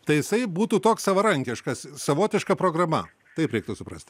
tai jisai būtų toks savarankiškas savotiška programa taip reiktų suprasti